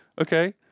Okay